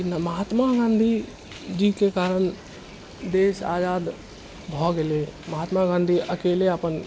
की महात्मा गांधीजीके कारण देश आजाद भऽ गेलै महात्मा गांधी अकेले अपन